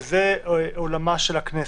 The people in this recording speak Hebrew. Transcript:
וזה עולמה של הכנסת.